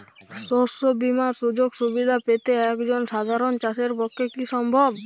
শস্য বীমার সুযোগ সুবিধা পেতে একজন সাধারন চাষির পক্ষে কি সম্ভব?